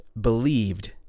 believed